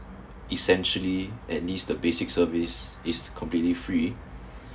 essentially at least basic service is completely free